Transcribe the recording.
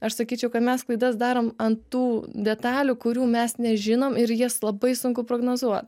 aš sakyčiau kad mes klaidas darom ant tų detalių kurių mes nežinom ir jas labai sunku prognozuot